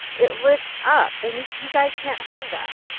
it lifts up and you you guys can't have that.